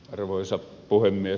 arvoisa puhemies